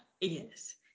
yes